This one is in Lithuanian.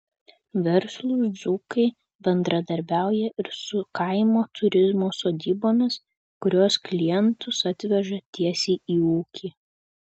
verslūs dzūkai bendradarbiauja ir su kaimo turizmo sodybomis kurios klientus atveža tiesiai į ūkį